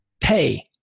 pay